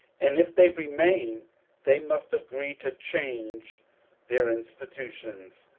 and if they remain they must agree to change their institutions,